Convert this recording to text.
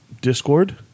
Discord